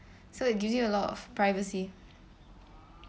so it gives you a lot of privacy